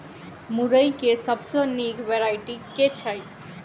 मुरई केँ सबसँ निक वैरायटी केँ छै?